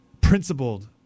principled